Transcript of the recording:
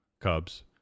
Cubs